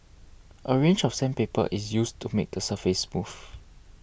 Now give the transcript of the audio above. a range of sandpaper is used to make the surface smooth